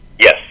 Yes